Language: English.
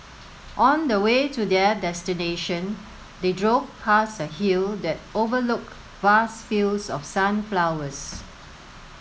on the way to their destination they drove past a hill that overlook vast fields of sunflowers